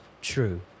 true